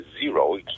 zero